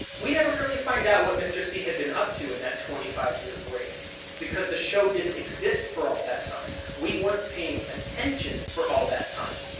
we never really find out what mr. c had been up to in that twenty five-year break. it's because the show didn't exist for all that time. we weren't paying attention for all that time.